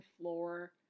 floor